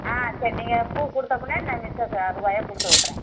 ஆ சரி நீங்கள் பூ கொடுத்தா பின்னாடி நான் மிச்சம் ரூபாயை கொடுத்து விட்றேன்